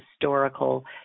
historical